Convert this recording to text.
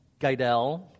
Guidel